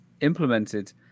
implemented